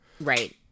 Right